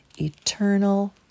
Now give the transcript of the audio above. eternal